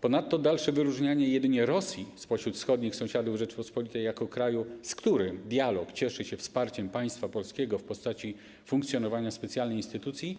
Ponadto dalsze wyróżnianie jedynie Rosji spośród wschodnich sąsiadów Rzeczypospolitej jako kraju, z którym dialog cieszy się wsparciem państwa polskiego w postaci funkcjonowania specjalnej instytucji,